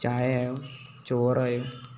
ചായയായും ചോറായും